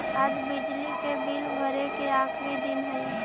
आज बिजली के बिल भरे के आखिरी दिन हई